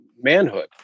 manhood